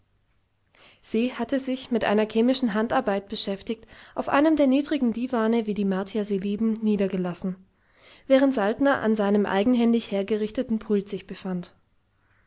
se hatte sich mit einer chemischen handarbeit beschäftigt auf einem der niedrigen diwane wie die martier sie lieben niedergelassen während saltner an seinem eigenhändig hergerichteten pult sich befand